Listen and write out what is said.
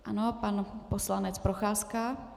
Ano, pan poslanec Procházka.